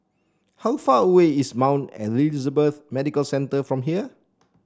how far away is Mount Elizabeth Medical Centre from here